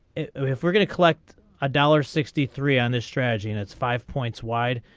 if we're gonna collect a dollar sixty three on this strategy and its five points wide.